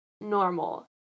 normal